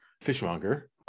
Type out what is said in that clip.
fishmonger